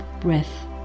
breath